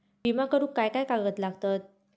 विमा करुक काय काय कागद लागतत?